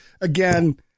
again